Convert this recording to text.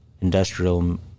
industrial